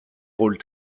rôles